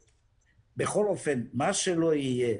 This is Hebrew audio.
בכל אופן, מה שלא יהיה,